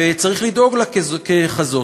וצריך לדאוג לה ככזאת.